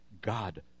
God